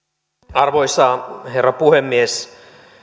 arvoisa herra puhemies